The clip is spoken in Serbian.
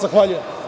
Zahvaljujem.